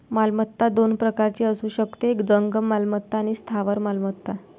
मालमत्ता दोन प्रकारची असू शकते, जंगम मालमत्ता आणि स्थावर मालमत्ता